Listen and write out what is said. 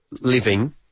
living